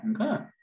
okay